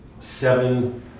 Seven